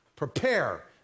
Prepare